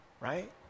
Right